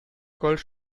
gold